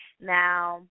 Now